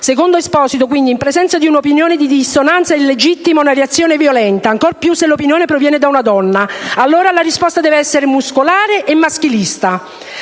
Secondo Esposito, quindi, in presenza di un'opinione di dissonanza è legittima una reazione violenta, ancor più se l'opinione proviene da una donna. Allora la risposta deve essere muscolare e maschilista.